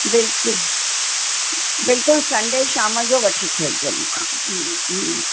बिल्कुलु बिल्कुलु संडे शाम जो वठी छॾिजो मूंखां